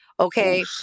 Okay